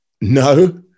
No